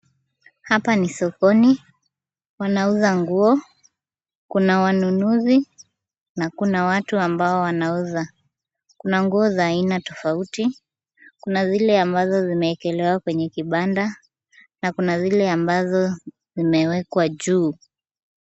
Hapa ni sokoni, wanauza nguo. Kuna wanunuzi na kuna watu ambao wanauza. Kuna nguo za aina tofauti. Kuna zile ambazo zimeekelewa kwenye kibanda na kuna zile ambazo zimewekwa juu.